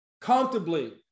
comfortably